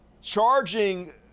charging